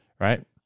Right